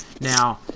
Now